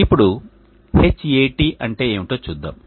ఇప్పుడు Hat అంటే ఏమిటో చూద్దాం